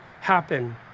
happen